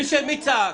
מי צעק?